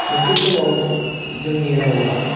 मोनसे समाव जोंनि रावा